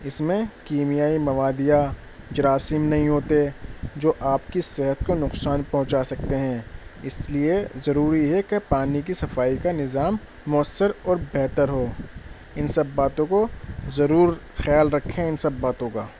اس میں کیمیائی مواد یا جراثیم نہیں ہوتے جو آپ کی صحت کو نقصان پہنچا سکتے ہیں اس لیے ضروری ہے کہ پانی کی صفائی کا نظام مؤثر اور بہتر ہو ان سب باتوں کو ضرور خیال رکھیں ان سب باتوں کا